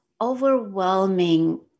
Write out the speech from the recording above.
overwhelming